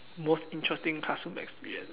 most interesting classroom experience